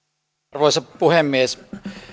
arvoisa puhemies